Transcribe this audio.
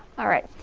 alright,